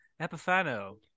Epifano